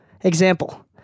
example